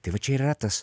tai va čia ir yra tas